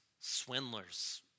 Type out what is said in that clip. swindlers